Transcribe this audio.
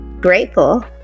grateful